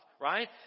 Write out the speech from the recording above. right